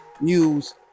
news